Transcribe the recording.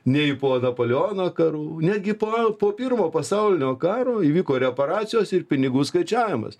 nei po napoleono karų netgi po po pirmo pasaulinio karo įvyko reparacijos ir pinigų skaičiavimas